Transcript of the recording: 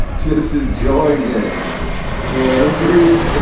just enjoying it for whatever reason.